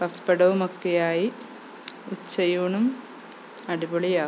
പപ്പടവുമൊക്കെയായി ഉച്ചയൂണും അടിപൊളിയാക്കും